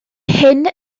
hyn